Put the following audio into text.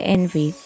Envy